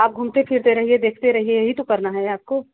आप घूमते फिरते रहिए देखते रहिए यही तो करना है आपको